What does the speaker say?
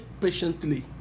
patiently